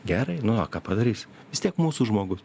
gerai nu o ką padarysi vis tiek mūsų žmogus